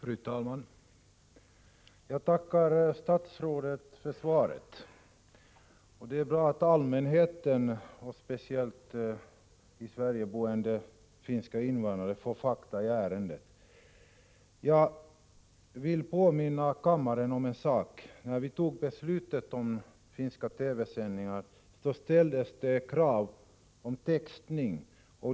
Fru talman! Jag tackar statsrådet för svaret. Det är bra att allmänheten och speciellt i Sverige boende finska invandrare får fakta i ärendet. Jag vill påminna kammaren om en sak. När vi fattade beslutet om finska TV-sändningar framställdes det krav på textning.